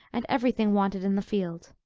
and every thing wanted in the field.